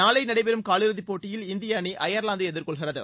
நாளை நடைபெறும் காலிறுதிப் போட்டியில் இந்திய அணி அயர்லாந்தை எதிர்கொள்கிறது